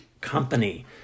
company